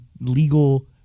legal